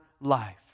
life